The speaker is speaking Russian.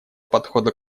подхода